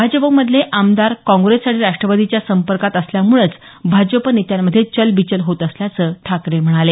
भाजपमधले आमदार काँग्रेस आणि राष्ट्रवादीच्या संपर्कात असल्यामुळेच भाजप नेत्यांमध्ये चलबिचल होत असल्याचं ठाकरे म्हणाले